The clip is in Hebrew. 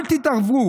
אל תתערבו.